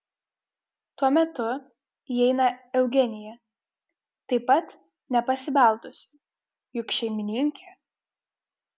tuo metu įeina eugenija taip pat nepasibeldusi juk šeimininkė